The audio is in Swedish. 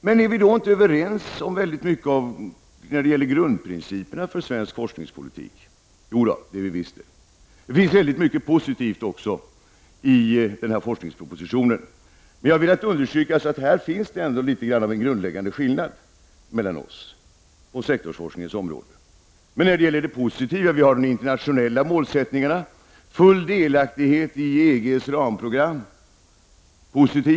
Men är vi inte överens om mycket när det när det gäller grundprinciperna för svensk forskningspolitik? Jo, det är vi visst. Det finns mycket positivt i den här forskningspropositionen. Men jag vill understryka att det finns en grundläggande skillnad mellan oss på sektorsforskningens område. Det är positivt att vi har internationella målsättningar, som t.ex. full delaktighet i EGs ramprogram.